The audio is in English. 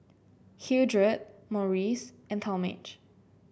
Hildred Maurice and Talmage